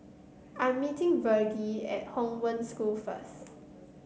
I'm meeting Virge at Hong Wen School first